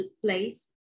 place